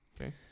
Okay